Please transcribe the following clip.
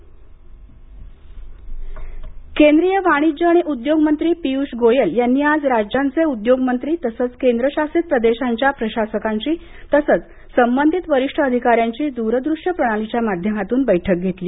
पियुष गोयल केंद्रीय वाणिज्य आणि उद्योग मंत्री पीयूष गोयल यांनी आज राज्यांचे उद्योगमंत्री तसंच केंद्रशासित प्रदेशांच्या प्रशासकांची तसंच संबधित वरिष्ठ अधिकाऱ्यांची दूरदृश्य प्रणालीच्या माध्यमातून बैठक घेतली